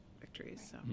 victories